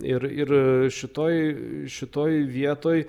ir ir šitoj šitoj vietoj